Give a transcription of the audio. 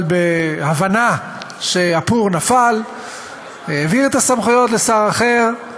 אבל בהבנה שהפור נפל, העביר את הסמכויות לשר אחר.